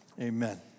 amen